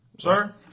Sir